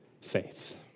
faith